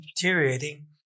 deteriorating